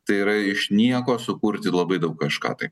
tai yra iš nieko sukurti labai daug kažką tai